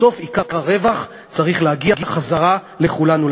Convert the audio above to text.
בסוף עיקר הרווח צריך להגיע חזרה לכולנו,